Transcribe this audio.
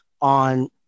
on